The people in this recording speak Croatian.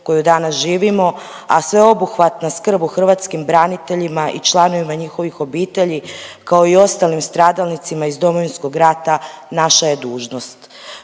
koju danas živimo, a sveobuhvatna skrb o hrvatskim braniteljima i članovima njihovih obitelji kao i ostalim stradalnicima iz Domovinskog rata naša je dužnost.